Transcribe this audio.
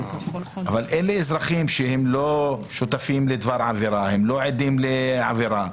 אבל אלה אזרחים שהם לא שותפים לדבר עבירה והם לא עדים לעבירה.